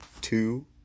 two